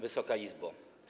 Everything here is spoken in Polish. Wysoka Izbo!